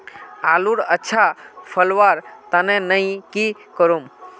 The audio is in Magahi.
आलूर अच्छा फलवार तने नई की करूम?